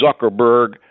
Zuckerberg